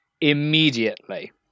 immediately